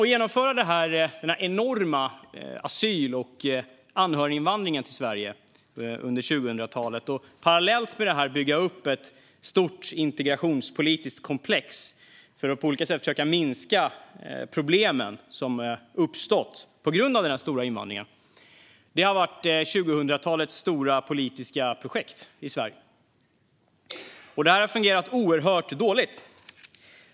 Att genomföra den enorma asyl och anhöriginvandringen till Sverige och parallellt med det bygga upp ett stort integrationspolitiskt komplex för att på olika sätt försöka minska de problem som uppstått på grund av den stora invandringen har varit 2000-talets stora politiska projekt i Sverige. Och det har fungerat oerhört dåligt.